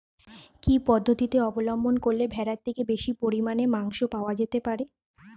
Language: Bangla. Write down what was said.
কি পদ্ধতিতে অবলম্বন করলে ভেড়ার থেকে বেশি পরিমাণে মাংস পাওয়া যেতে পারে?